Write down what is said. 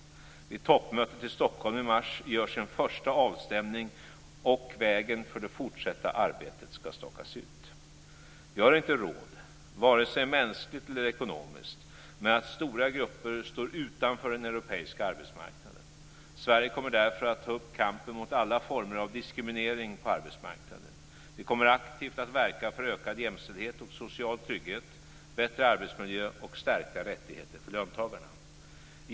Vid toppmötet i Stockholm i mars görs en första avstämning, och vägen för det fortsatta arbetet ska stakas ut. Vi har inte råd vare sig mänskligt eller ekonomiskt med att stora grupper står utanför den europeiska arbetsmarknaden. Sverige kommer därför att ta upp kampen mot alla former av diskriminering på arbetsmarknaden. Vi kommer aktivt att verka för ökad jämställdhet och social trygghet, bättre arbetsmiljö och stärkta rättigheter för löntagarna.